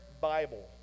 Bible